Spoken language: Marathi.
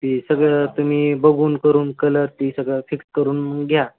ती सगळं तुम्ही बघून करून कलर बी सगळं फिक्स करून घ्या